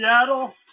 Seattle